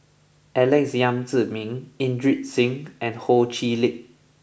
Alex Yam Ziming Inderjit Singh and Ho Chee Lick